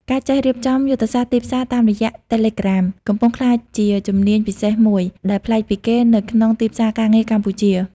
ការចេះរៀបចំយុទ្ធសាស្ត្រទីផ្សារតាមរយៈ Telegram កំពុងក្លាយជាជំនាញពិសេសមួយដែលប្លែកពីគេនៅក្នុងទីផ្សារការងារកម្ពុជា។